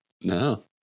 No